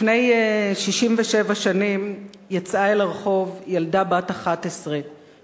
לפני 67 שנים יצאה אל הרחוב ילדה בת 11